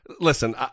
Listen